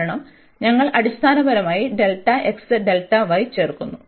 കാരണം ഞങ്ങൾ അടിസ്ഥാനപരമായി ചേർക്കുന്നു